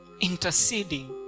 interceding